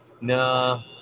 No